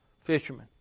Fishermen